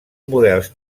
models